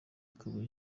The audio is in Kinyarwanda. ikaba